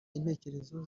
intekerezo